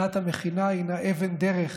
שנת המכינה הינה אבן דרך